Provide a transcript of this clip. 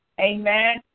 Amen